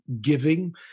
giving